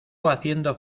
haciendo